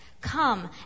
Come